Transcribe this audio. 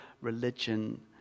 religion